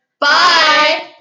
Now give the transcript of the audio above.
Bye